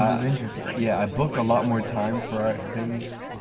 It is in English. was interesting yeah i booked a lot more time for things